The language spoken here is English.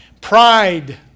pride